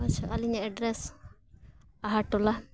ᱟᱪᱪᱷᱟ ᱟᱹᱞᱤᱧᱟᱜ ᱮᱰᱰᱨᱮᱥ ᱟᱦᱟᱨ ᱴᱚᱞᱟ